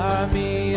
Army